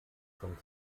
zum